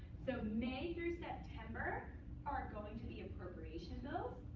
so may through september are going to be appropriations bills.